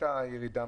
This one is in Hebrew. להביא ירידה,